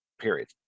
period